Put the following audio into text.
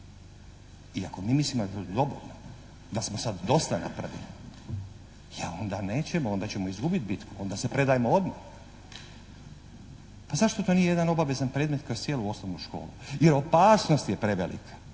i ako mi mislimo da je to dobro, da smo sad napravili, onda nećemo, onda ćemo izgubiti bitku, onda se predajemo odmah. A zašto to nije jedan obavezan predmet kroz cijelu osnovnu školu jer opasnost je prevelika.